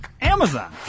Amazon